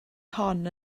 hon